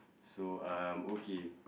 so um okay